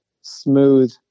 smooth